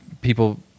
people